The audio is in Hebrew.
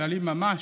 הדלים ממש,